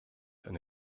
and